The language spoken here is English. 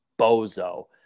bozo